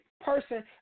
person